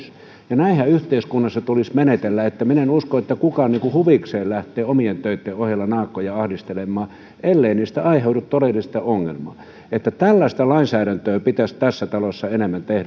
näinhän yhteiskunnassa tulisi menetellä minä en usko että kukaan huvikseen lähtee omien töitten ohella naakkoja ahdistelemaan ellei niistä aiheudu todellista ongelmaa tällaista lainsäädäntöä pitäisi tässä talossa enemmän tehdä minun mielestäni